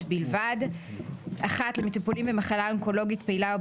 בלבד: (א) (1) למטופלים במחלה אונקולוגית פעילה,